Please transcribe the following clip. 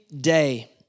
day